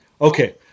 okay